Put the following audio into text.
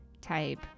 type